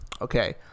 Okay